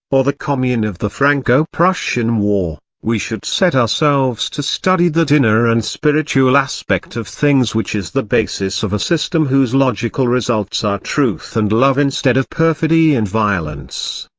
or the commune of the franco-prussian war, we should set ourselves to study that inner and spiritual aspect of things which is the basis of a system whose logical results are truth and love instead of perfidy and violence.